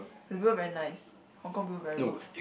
the people very nice Hong Kong people very rude